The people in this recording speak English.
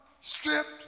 stripped